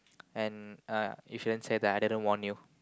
and uh you shouldn't said that I didn't warn you